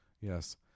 Yes